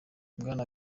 bwana